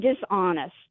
dishonest